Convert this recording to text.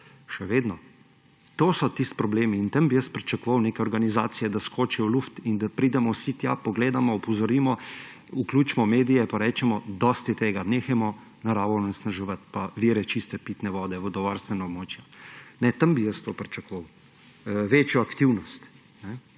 je veliko. To so tisti problem in tam bi jaz pričakoval neke organizacije, da skočijo v luft in da pridemo vsi tja, pogledamo, opozorimo, vključimo medije, pa rečemo, dosti je tega, nehajmo naravo onesnaževati pa vire čiste pitne vode, vodovarstvena območja. Tam bi pričakoval večjo aktivnost.